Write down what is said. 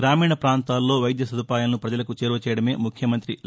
గ్రామీణ పాంతాల్లో వైద్య సదుపాయాలను ప్రజలకు చేరువ చేయడమే ముఖ్యమంతి వైఎస్